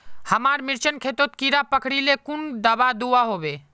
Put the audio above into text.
हमार मिर्चन खेतोत कीड़ा पकरिले कुन दाबा दुआहोबे?